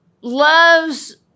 loves